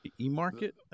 e-market